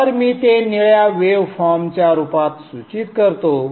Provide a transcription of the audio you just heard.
तर मी ते निळ्या वेवफॉर्मच्या रूपात सूचित करतो